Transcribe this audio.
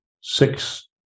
six